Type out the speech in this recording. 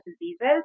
diseases